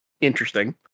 interesting